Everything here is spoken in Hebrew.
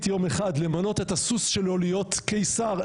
יום אחד למנות את הסוס שלו להיות סנטור.